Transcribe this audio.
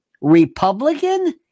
Republican